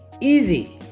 Easy